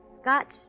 scotch